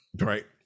Right